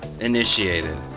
initiated